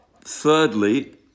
Thirdly